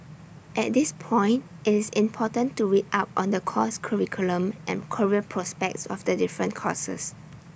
at this point IT is important to read up on the course curriculum and career prospects of the different courses